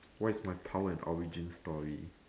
what is power and origin story